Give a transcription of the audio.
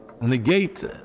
negate